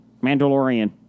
Mandalorian